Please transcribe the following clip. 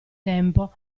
tempo